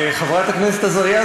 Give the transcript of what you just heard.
חברת הכנסת עזריה,